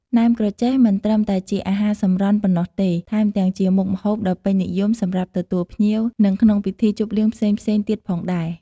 ណែមក្រចេះ មិនត្រឹមតែជាអាហារសម្រន់ប៉ុណ្ណោះទេ ថែមទាំងជាមុខម្ហូបដ៏ពេញនិយមសម្រាប់ទទួលភ្ញៀវ និងក្នុងពិធីជប់លៀងផ្សេងៗទៀតផងដែរ។